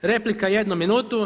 Replika jednu minutu.